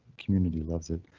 community loves it.